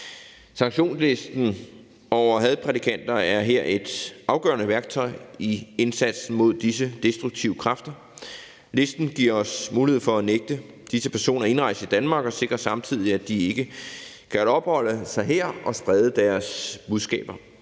Sanktionslisten over hadprædikanter er her et afgørende værktøj i indsatsen mod disse destruktive kræfter. Listen giver os mulighed for at nægte disse personer indrejse i Danmark og sikrer samtidig, at de ikke kan opholde sig her og sprede deres budskaber.